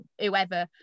whoever